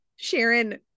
sharon